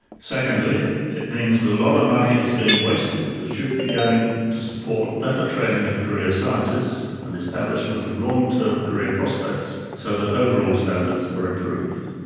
secondly, it means that a lot of money is being wasted that should be going to support better training of career scientists and establishment of long-term career prospects so that overall standards are improved.